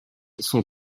sont